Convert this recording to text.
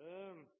Det er